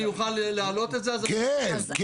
אני אעבור הלאה --- ברשותך, כבוד יושב הראש.